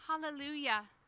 Hallelujah